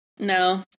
No